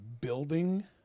building